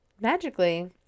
magically